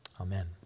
amen